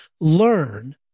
learn